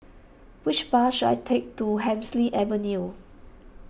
which bus should I take to Hemsley Avenue